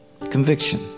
Conviction